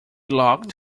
locked